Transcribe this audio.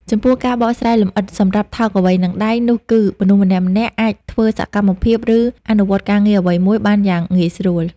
ចំពោះ ការបកស្រាយលម្អិតសម្រាប់ "ថោកអ្វីនឹងដៃ" នោះគឺ មនុស្សម្នាក់ៗអាចធ្វើសកម្មភាព ឬអនុវត្តការងារអ្វីមួយបានយ៉ាងងាយស្រួល។